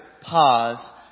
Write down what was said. pause